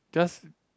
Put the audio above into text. just